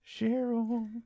Cheryl